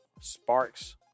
sparks